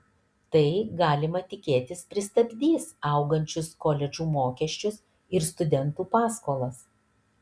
tai galima tikėtis pristabdys augančius koledžų mokesčius ir studentų paskolas